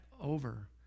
over